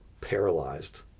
paralyzed